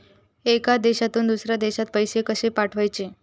एका देशातून दुसऱ्या देशात पैसे कशे पाठवचे?